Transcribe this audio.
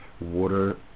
Water